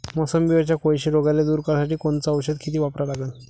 मोसंबीवरच्या कोळशी रोगाले दूर करासाठी कोनचं औषध किती वापरा लागन?